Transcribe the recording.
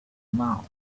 mouth